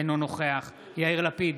אינו נוכח יאיר לפיד,